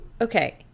okay